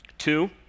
Two